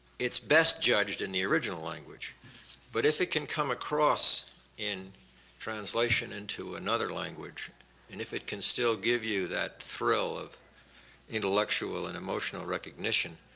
it's best judged in the original language but if it can come across in translation into another language and if it can still give you that thrill of intellectual and emotional recognition,